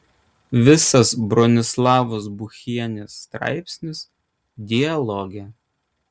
visas bronislavos buchienės straipsnis dialoge